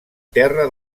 terra